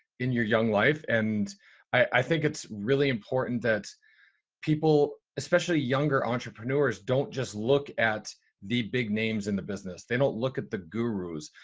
in your young life and i think it's really important that people, especially younger entrepreneurs, don't just look at the big names in the business. they don't look at the gurus.